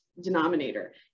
denominator